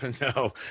no